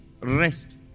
rest